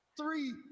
Three